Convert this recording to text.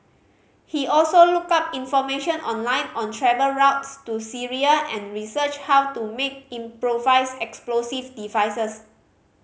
he also looked up information online on travel routes to Syria and researched how to make improvised explosive devices